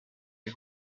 est